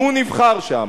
והוא נבחר שם,